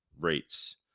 rates